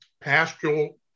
pastoral